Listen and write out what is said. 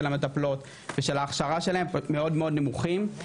המטפלות ושל ההכשרה שלהם מאוד מאוד נמוכים,